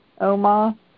Oma